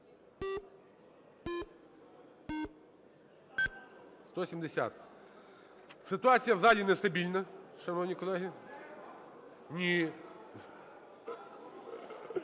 Ситуація в залі нестабільна, шановні колеги. Ні.